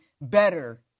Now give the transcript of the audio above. better